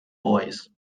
boys